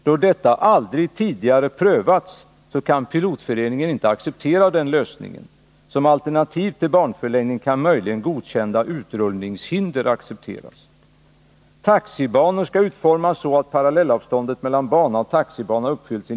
Då detta aldrig tidigare prövats kan SPF inte acceptera den lösningen. Som alternativ till banförlängning kan möjligen godkända utrullningshinder accepteras.